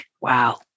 Wow